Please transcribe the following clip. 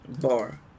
Bar